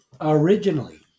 originally